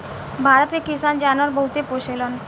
भारत के किसान जानवर बहुते पोसेलन